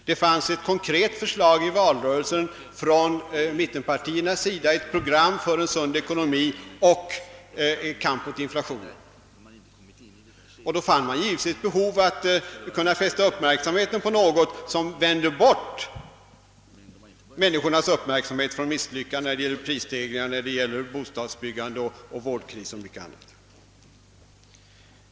Det fanns ett konkret förslag i valrörelsen från mittenpartierna — ett program för en sund ekonomi och kamp mot inflationen. Efter valet fick socialdemokraterna givetvis behov av något som vände bort människornas uppmärksamhet från misslyckandena med prisstegringar, bostadsbrist, vårdkrisen och mycket annat.